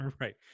right